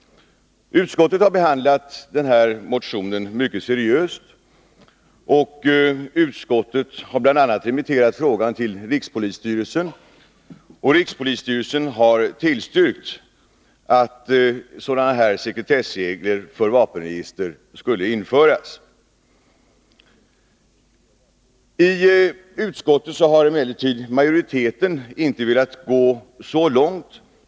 Utskottet har behandlat motionen mycket seriöst och har bl.a. remitterat frågan till rikspolisstyrelsen, som har tillstyrkt att sekretessregler för vapenregister införs. Majoriteten i utskottet har emellertid inte velat gå så långt.